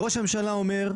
ראש הממשלה אומר,